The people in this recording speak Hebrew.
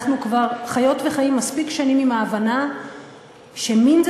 אנחנו כבר חיות וחיים מספיק שנים עם ההבנה שמין זה